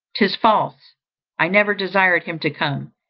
tis false i never desired him to come,